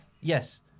Yes